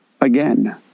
Again